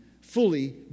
fully